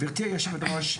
גבירתי היושבת-ראש,